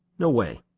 no way.